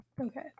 Okay